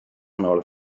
another